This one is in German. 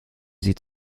sie